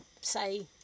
say